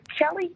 Kelly